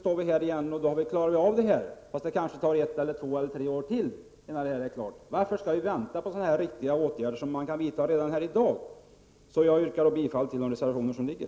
Jag är övertygad om att en sådan väntan gör att det dröjer ett eller ett par år innan något händer. Varför vänta på konkreta åtgärder som kan vidtas redan i dag? Herr talman! Jag yrkar bifall till föreliggande reservationer.